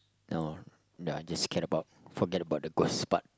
no just scare about forget about the ghost part